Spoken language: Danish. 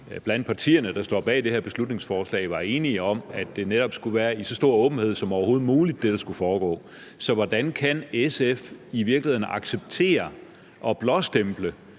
iblandt partierne, der står bag det her beslutningsforslag, var enige om, at det, der skulle foregå, netop skulle være i så stor åbenhed som overhovedet muligt. Så hvordan kan SF i virkeligheden acceptere og blåstemple,